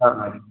ആ ആ